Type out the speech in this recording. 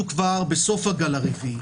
אנחנו בסוף הגל הרביעי